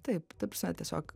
taip ta prasme tiesiog